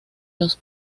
los